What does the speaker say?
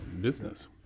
business